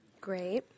Great